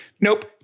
Nope